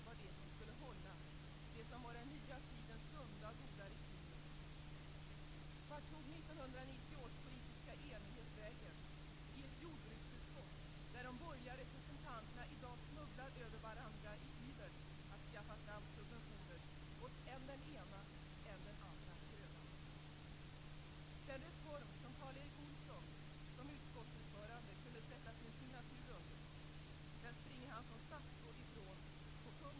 Det är tveksamt om den förstärkningen behövs, med utgångspunkt från vad jag sade förut. Det finns också andra underligheter i synen på omvärlden, som gör att man kan diskutera kostnadsbesparingar.